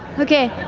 okay.